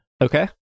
Okay